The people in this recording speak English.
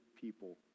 people